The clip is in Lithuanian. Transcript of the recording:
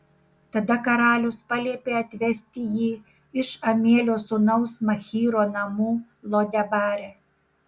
tada karalius paliepė atvesti jį iš amielio sūnaus machyro namų lo debare